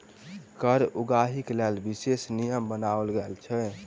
कर उगाहीक लेल विशेष नियम बनाओल गेल छै